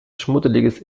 schmuddeliges